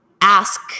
ask